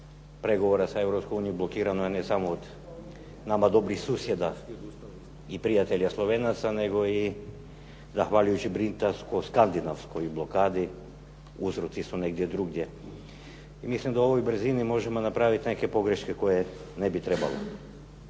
Europskom unijom blokirano je ne samo od nama dobrih susjeda i prijatelja Slovenaca, nego i zahvaljujući britansko-skandinavskoj blokadi uzroci su negdje drugdje. I mislim da u ovoj brzini možemo napraviti neke pogreške koje ne bi trebalo.